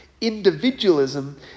individualism